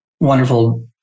wonderful